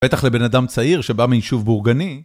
בטח לבן אדם צעיר שבא מיישוב בורגני.